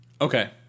Okay